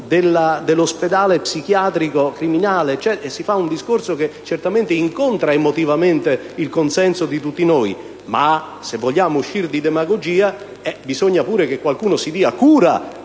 dell'ospedale psichiatrico giudiziario si fa un discorso che certamente incontra emotivamente il consenso di tutti noi, ma se vogliamo uscire dalla demagogia bisogna che qualcuno si dia cura